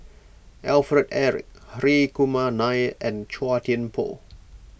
Alfred Eric Hri Kumar Nair and Chua Thian Poh